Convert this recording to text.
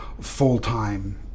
full-time